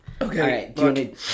okay